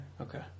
Okay